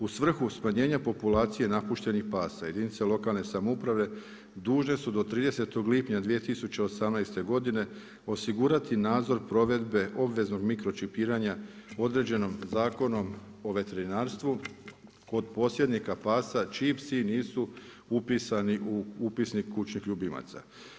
U svrhu smanjenja populacije napuštenih pasa jedinica lokalne samouprave, dužne su do 30.6.2018. godine osigurati nadzor provedbe obveznog mikročipiranja, određenom zakonom o veterinarstvu, kod posjednika pasa, čiji psi nisu pisani u upisnik kućnih ljubimaca.